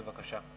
בבקשה.